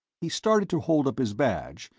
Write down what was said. he started to hold up his badge,